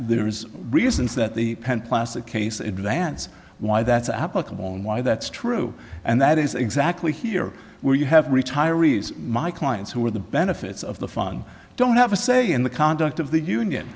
there is reasons that the classic case advance why that's applicable and why that's true and that is exactly here where you have retirees my clients who are the benefits of the fun don't have a say in the conduct of the union